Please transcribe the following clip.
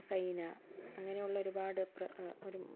സൈന അങ്ങനെയുള്ള ഒരുപാട് പ്ര ഒരു